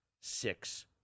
six